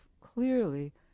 clearly